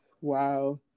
Wow